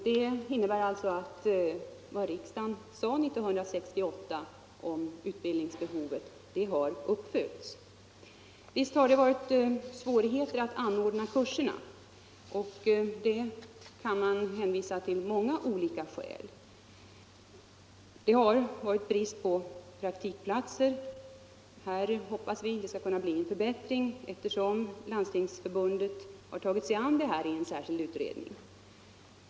Det innebär alltså att vad riksdagen sade 1968 om utbildningsbehovet har uppfyllts. Visst har det varit svårigheter med att anordna kurserna, och man kan hänvisa till många olika skäl för det. Det har varit brist på praktikplatser. Men här hoppas vi att det skall kunna bli en förbättring, eftersom Landstingsförbundet har tagit sig an det problemet i en särskild utredning.